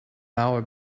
hour